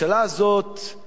אני חייב לומר,